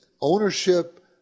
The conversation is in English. ownership